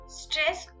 stress